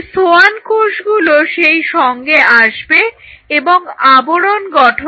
এই সোয়ান কোষগুলো সেইসঙ্গে আসবে এবং আবরণ গঠন করবে